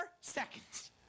seconds